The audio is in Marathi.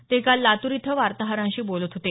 ते काल लातूर इथं वार्ताहरांशी बोलत होते